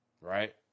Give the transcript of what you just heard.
right